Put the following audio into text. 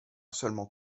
seulement